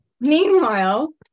meanwhile